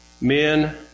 Men